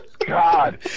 God